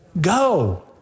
go